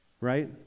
Right